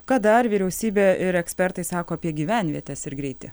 ką dar vyriausybė ir ekspertai sako apie gyvenvietes ir greitį